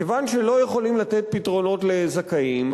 כיוון שלא יכולים לתת פתרונות לזכאים,